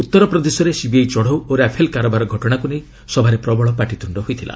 ଉତ୍ତରପ୍ରଦେଶରେ ସିବିଆଇ ଚଢ଼ଉ ଓ ରାଫେଲ କାରବାର ଘଟଣାକୁ ନେଇ ସଭାରେ ପ୍ରବଳ ପାଟିତୁଣ୍ଡ ହୋଇଥିଲା